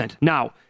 Now